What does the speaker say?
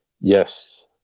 yes